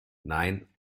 nein